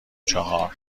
چهار